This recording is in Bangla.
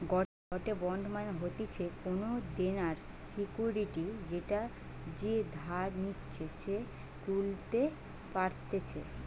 গটে বন্ড মানে হতিছে কোনো দেনার সিকুইরিটি যেটা যে ধার নিচ্ছে সে তুলতে পারতেছে